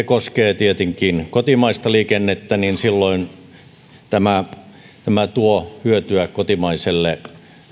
koskee tietenkin kotimaista liikennettä niin silloin tämä tuo hyötyä kotimaiselle